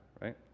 right